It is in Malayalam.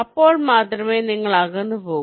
അപ്പോൾ മാത്രമേ നിങ്ങൾ അകന്നു പോകൂ